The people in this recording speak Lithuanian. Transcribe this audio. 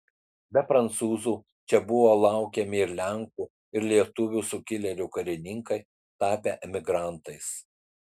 be prancūzų čia buvo laukiami ir lenkų ir lietuvių sukilėlių karininkai tapę emigrantais